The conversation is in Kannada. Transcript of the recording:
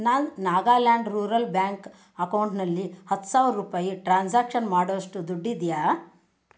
ನನ್ನ ನಾಗಾಲ್ಯಾಂಡ್ ರೂರಲ್ ಬ್ಯಾಂಕ್ ಅಕೌಂಟ್ನಲ್ಲಿ ಹತ್ತು ಸಾವಿರ ರೂಪಾಯಿ ಟ್ರಾನ್ಸಾಕ್ಷನ್ ಮಾಡೋವಷ್ಟು ದುಡ್ಡಿದೆಯಾ